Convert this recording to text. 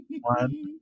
one